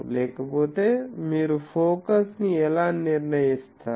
లేకపోతే మీరు ఫోకస్ ని ఎలా నిర్ణయిస్తారు